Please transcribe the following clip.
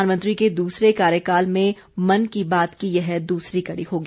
प्रधानमंत्री के दूसरे कार्यकाल में मन की बात की यह दूसरी कड़ी होगी